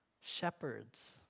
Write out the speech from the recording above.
shepherds